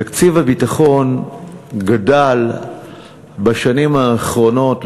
תקציב הביטחון גדל בשנים האחרונות,